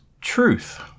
truth